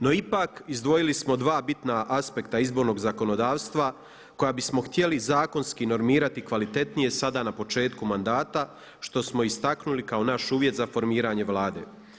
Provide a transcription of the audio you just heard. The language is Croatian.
No ipak izdvojili smo dva bitna aspekta izbornog zakonodavstva koja bismo htjeli zakonski normirati kvalitetnije sada na početku mandata što smo istaknuli kao naš uvjet za formiranje Vlade.